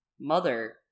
mother